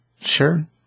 Sure